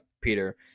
Peter